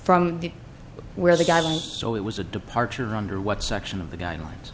from where the guy was so it was a departure under what section of the guidelines